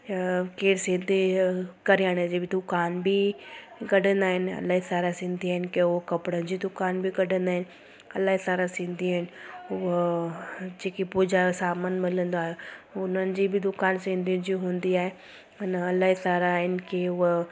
हअ केरु सिंधी किरयाने जी दुकान बि कढंदा आहिनि इलाही सारा सिंधी आहिनि केओ कपिड़नि जी दुकान बि कढंदा आहिनि इलाही सारा सिंधी आहिनि उअ जेकी पूजा जो सामान मिलंदो आहे उन्हनि जी बि दुकान सिंधी जी हूंदी आहे हिन इलाही सारा आहिनि की हूअ